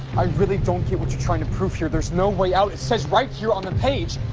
i really don't get what you're trying to prove here. there's no way out. it says right here on the page!